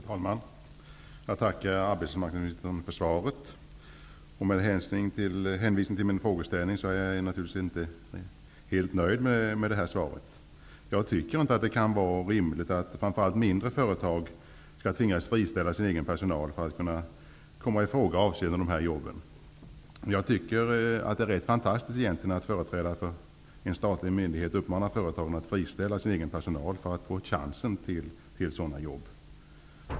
Herr talman! Jag tackar arbetsmarknadsministern för svaret. Med hänvisning till min frågeställning är jag naturligtvis inte helt nöjd med svaret. Jag tycker inte att det kan vara rimligt att framför allt mindre företag skall tvingas friställa sin egen personal för att komma i fråga avseende dessa jobb. Det är egentligen rätt fantastiskt att företrädare för en statlig myndighet uppmanar företagen att friställa sin egen personal för att få chansen till sådana jobb.